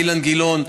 אילן גילאון,